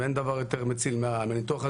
אין דבר יותר מציל מהניתוח הזה.